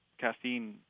Caffeine